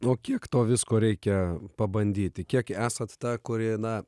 o kiek to visko reikia pabandyti kiek esat ta kuri na